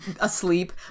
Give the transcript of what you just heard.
asleep